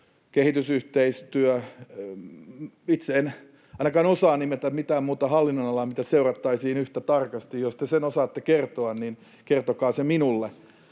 kehitysyhteistyö: Itse en ainakaan osaa nimetä mitään muuta hallinnonalaa, mitä seurattaisiin yhtä tarkasti. Jos te sen osaatte kertoa, niin kertokaa se minulle,